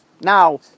Now